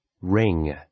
Ring